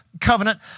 covenant